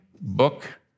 book